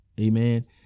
Amen